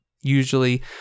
usually